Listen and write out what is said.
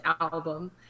album